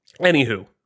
anywho